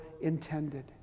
intended